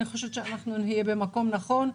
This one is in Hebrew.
אני חושבת שנהיה במקום נכון,